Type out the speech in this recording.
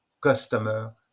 customer